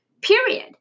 period